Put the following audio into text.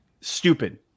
stupid